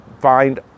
find